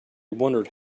wondered